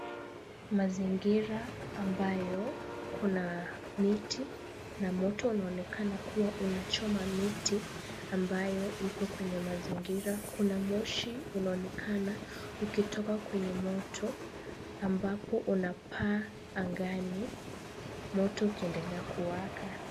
Mazingira ambayo kuna miti na moto unaonekana kuwa unachoma miti ambayo ipo kwenye mazingira. Kuna moshi unaonekana ukitoka kwenye moto, ambapo unapaa angani moto ukiendelea kuwaka.